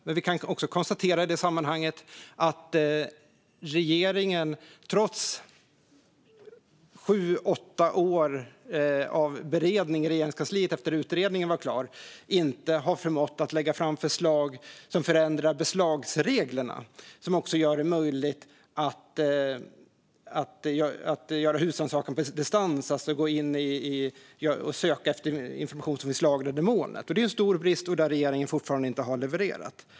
Men vi kan i det sammanhanget också konstatera att regeringen trots sju åtta år av beredning i Regeringskansliet efter att utredningen var klar inte har förmått lägga fram förslag som ändrar beslagsreglerna och gör det möjligt att göra husrannsakan på distans, alltså att gå in och söka efter information som finns lagrad i molnet. Det är en stor brist, och där har regeringen fortfarande inte levererat.